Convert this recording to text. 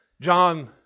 John